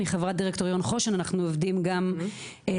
אני חברת דירקטוריון חושן ואנחנו עובדים גם יחד.